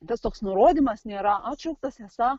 tas toks nurodymas nėra atšauktas esą